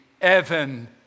Evan